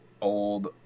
old